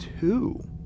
two